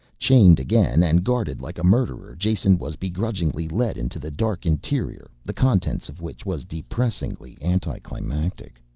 chained again, and guarded like a murderer, jason was begrudgingly led into the dark interior, the contents of which was depressingly anticlimactic.